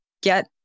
get